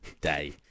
day